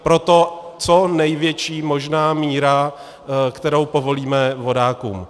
Proto co největší možná míra, kterou povolíme vodákům.